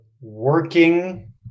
working